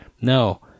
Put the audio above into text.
No